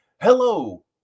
Hello